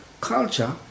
Culture